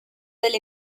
delle